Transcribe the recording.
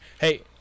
hey